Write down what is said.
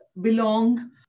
belong